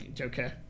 Okay